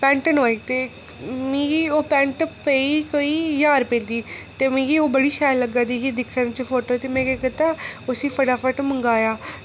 pant नुआई ते मिगी ओह् पैंट पेई कोई ज्हार रपेऽ दी ते मिगी ओह् बड़ी शैल लग्गा दी ही दिक्खने ई फोटू च ते में केह् कीता उसी फटाफट मंगाया